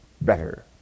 better